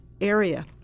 area